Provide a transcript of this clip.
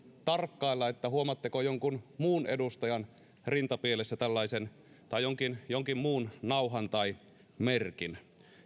tarkkailla huomaatteko jonkun muun edustajan rintapielessä tällaisen tai jonkin jonkin muun nauhan tai merkin